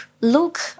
look